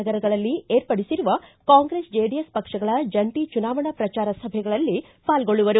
ನಗರಗಳಲ್ಲಿ ಏರ್ಪಡಿಸಿರುವ ಕಾಂಗ್ರೆಸ್ ಜೆಡಿಎಸ್ ಪಕ್ಷಗಳ ಜಂಟಿ ಚುನಾವಣಾ ಪ್ರಚಾರ ಸಭೆಗಳಲ್ಲಿ ಪಾಲ್ಗೊಳ್ಳುವರು